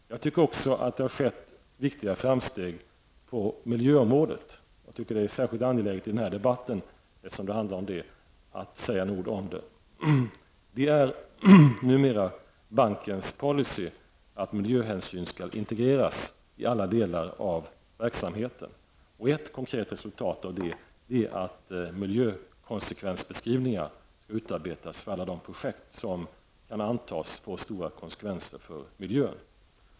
Det har också skett viktiga framsteg på miljöområdet. Jag tycker att det är särskilt angeläget att säga några ord om det i den här debatten, eftersom den handlar om detta. Det är numera bankens policy att miljöhänsyn skall integreras i alla delar av verksamheten. Ett konkret resultat av detta är att miljöfrekvensbeskrivningar utarbetas för alla de projekt som kan antas få stora konsekvenser för miljön.